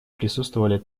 присутствовали